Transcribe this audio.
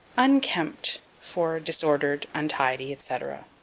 unkempt for disordered, untidy, etc.